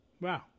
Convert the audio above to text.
Wow